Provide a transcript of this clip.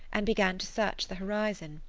and began to search the horizon.